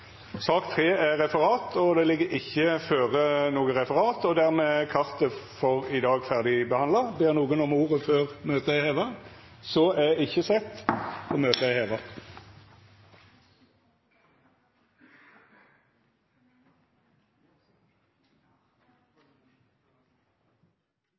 Det ligg ikkje føre noko referat. Dermed er dagens kart ferdigbehandla. Ber nokon om ordet før møtet vert heva? – Møtet er heva.